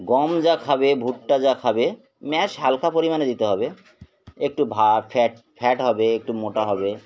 গম যা খাবে ভুট্টা যা খাবে ম্যাশ হালকা পরিমাণে দিতে হবে একটু ভ ফ্যাট ফ্যাট হবে একটু মোটা হবে